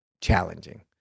challenging